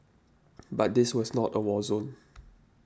but this was not a war zone